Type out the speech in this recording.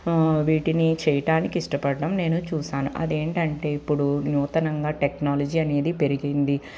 వీటిని చేయటానికి ఇష్టపడటం నేను చూసాను అది ఏంటంటే ఇప్పుడు నూతనంగా టెక్నాలజీ అనేది పెరిగింది